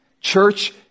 Church